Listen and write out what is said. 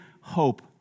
hope